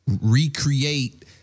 recreate